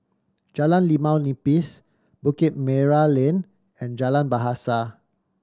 Jalan Limau Nipis Bukit Merah Lane and Jalan Bahasa